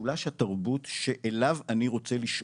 משולש התרבות שאליו אני רוצה לשאוף,